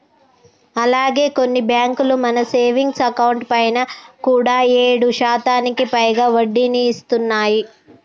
అలాగే కొన్ని బ్యాంకులు మన సేవింగ్స్ అకౌంట్ పైన కూడా ఏడు శాతానికి పైగా వడ్డీని ఇస్తున్నాయి